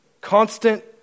Constant